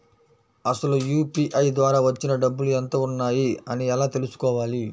అసలు యూ.పీ.ఐ ద్వార వచ్చిన డబ్బులు ఎంత వున్నాయి అని ఎలా తెలుసుకోవాలి?